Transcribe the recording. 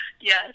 Yes